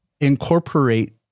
incorporate